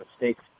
mistakes